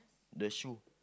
the shoe